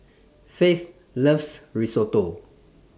Faith loves Risotto